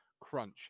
Crunch